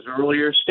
earlier